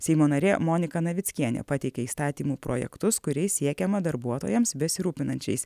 seimo narė monika navickienė pateikė įstatymų projektus kuriais siekiama darbuotojams besirūpinančiais